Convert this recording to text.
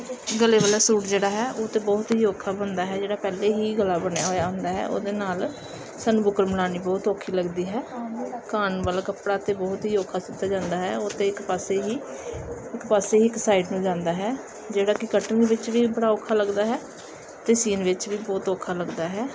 ਗਲੇ ਵਾਲਾ ਸੂਟ ਜਿਹੜਾ ਹੈ ਉਹ ਤਾਂ ਬਹੁਤ ਹੀ ਔਖਾ ਬਣਦਾ ਹੈ ਜਿਹੜਾ ਪਹਿਲੇ ਹੀ ਗਲਾ ਬਣਿਆ ਹੋਇਆ ਹੁੰਦਾ ਹੈ ਉਹਦੇ ਨਾਲ ਸਾਨੂੰ ਬੁਕਰਮ ਲਾਉਣੀ ਬਹੁਤ ਔਖੀ ਲੱਗਦੀ ਹੈ ਕਾਣ ਵਾਲਾ ਕੱਪੜਾ ਤਾਂ ਬਹੁਤ ਹੀ ਔਖਾ ਸੀਤਾ ਜਾਂਦਾ ਹੈ ਉਹ 'ਤੇ ਇੱਕ ਪਾਸੇ ਹੀ ਪਾਸੇ ਹੀ ਇੱਕ ਸਾਈਡ ਨੂੰ ਜਾਂਦਾ ਹੈ ਜਿਹੜਾ ਕਿ ਕੱਟਣ ਦੇ ਵਿੱਚ ਵੀ ਬੜਾ ਔਖਾ ਲੱਗਦਾ ਹੈ ਅਤੇ ਸਿਊਣ ਵਿੱਚ ਵੀ ਬਹੁਤ ਔਖਾ ਲੱਗਦਾ ਹੈ